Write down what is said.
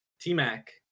T-Mac